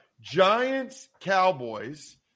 Giants-Cowboys